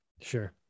Sure